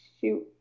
shoot